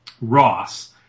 Ross